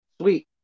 Sweet